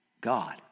God